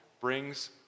brings